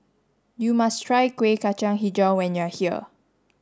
you must try Kuih Kacang Hijau when you are here